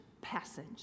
passage